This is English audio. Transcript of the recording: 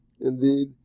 indeed